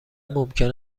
ممکن